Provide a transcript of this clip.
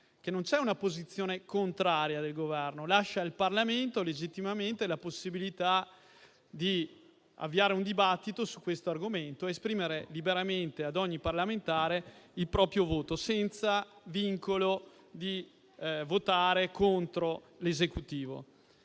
che non c'è una posizione contraria del Governo, ma lascia al Parlamento legittimamente la possibilità di avviare un dibattito su questo argomento e far esprimere liberamente ad ogni parlamentare il proprio voto senza il vincolo di votare contro l'Esecutivo.